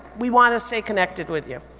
we want to stay connected with you.